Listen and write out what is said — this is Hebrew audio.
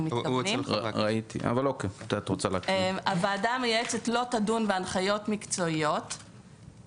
מתכוונים: "(ז) הוועדה המייעצת לא תדון בהנחיות מקצועיות," "(3)